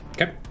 Okay